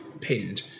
pinned